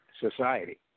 society